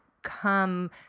Come